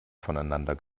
voneinander